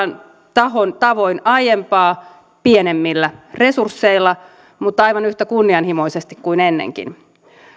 tahon tavoin aiempaa pienemmillä resursseilla mutta aivan yhtä kunnianhimoisesti kuin ennenkin